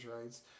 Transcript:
rights